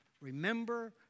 Remember